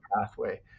pathway